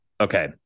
Okay